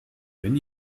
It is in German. wenn